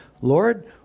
Lord